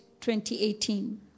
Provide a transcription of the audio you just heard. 2018